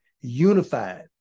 unified